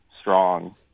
strong